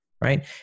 right